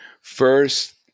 first